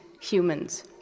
humans